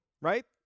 right